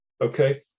okay